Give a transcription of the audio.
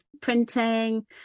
printing